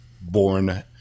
born